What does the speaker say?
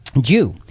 Jew